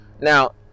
Now